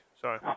Sorry